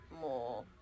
more